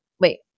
Wait